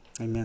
Amen